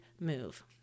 move